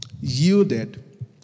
yielded